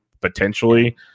potentially